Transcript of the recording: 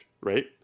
right